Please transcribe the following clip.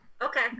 Okay